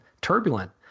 turbulent